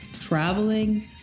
traveling